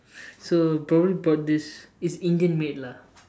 so probably bought this it's Indian made lah